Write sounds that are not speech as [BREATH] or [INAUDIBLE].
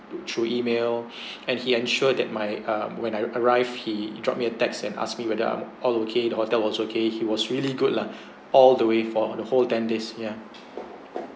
through email [BREATH] and he ensured that my um when I arrived he dropped me a text and asked me whether I'm all okay the hotel was okay he was really good lah all the way for the whole ten days yeah